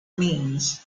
means